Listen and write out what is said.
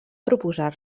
proposar